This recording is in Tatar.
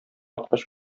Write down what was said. аткач